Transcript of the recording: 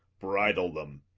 bridle them,